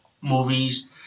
movies